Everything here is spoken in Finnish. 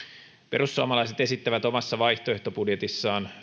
perussuomalaiset esittävät omassa vaihtoehtobudjetissaan